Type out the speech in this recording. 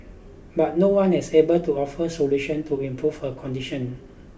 but no one has able to offer solutions to improve her condition